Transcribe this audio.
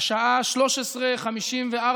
בשעה 13:54,